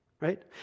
right